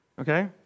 okay